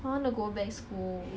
不用 makeup liao